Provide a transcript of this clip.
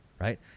right